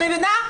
את מבינה?